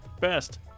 best